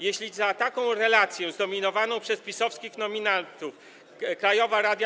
Jeśli za taką relację zdominowaną przez PiS-owskich nominatów Krajowa Rada